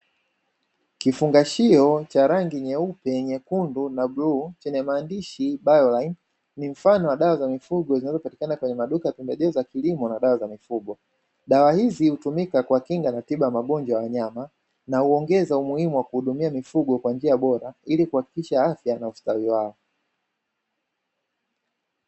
Kifungashio cha rangi: nyeupe, nyekundu na bluu chenye maandishi "bioline" ni mfano wa dawa za mifugo zinazopatikana kwenye maduka pembejeo za kilimo na dawa za mifugo. Dawa hizi hutumika kwa kinga na tiba ya magonjwa ya wanyama na huongeza umuhimu wa kuwa hudumia kwa njia bora ili kuhakikisha afya na ustawi wao.